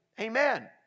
Amen